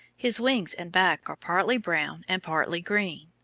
his wings and back are partly brown and partly green.